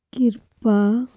ਕਿਰਪਾ